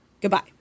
goodbye